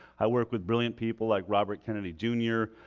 i work with brilliant people like robert kennedy, jr,